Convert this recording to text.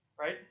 right